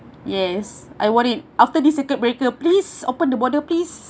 yes I want it after this circuit breaker please open the border please